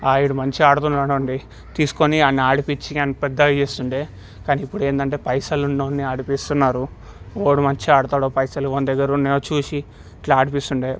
వీడు మంచిగా ఆడుతున్నాడు అండి తీసుకొని వాడిని ఆడించి ఆన్ని పెద్దగా చేస్తుండే కాని ఇప్పుడు ఏంటంటే పైసలు ఉన్నోన్నే ఆడిపిస్తున్నారు ఒకడు మంచిగా ఆడతాడు పైసలు మన దగ్గర ఉన్నాయో చూసి ఇట్లా ఆడిపిస్తుండే